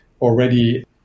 already